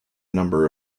number